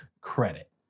credit